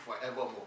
forevermore